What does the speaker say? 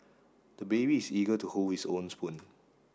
the baby is eager to hold his own spoon